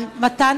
מתן